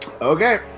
Okay